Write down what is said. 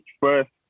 first